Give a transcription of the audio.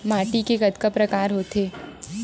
माटी के कतका प्रकार होथे?